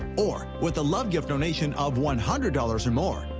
or with a love gift donation of one hundred dollars or more,